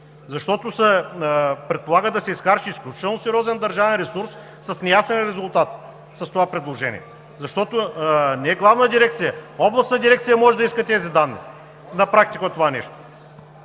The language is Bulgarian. Защото се предполага да се изхарчи изключително сериозен държавен ресурс с неясен резултат с това предложение. Защото не Главна дирекция, Областна дирекция може да иска тези данни на практика от това нещо.